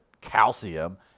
calcium